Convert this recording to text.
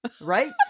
Right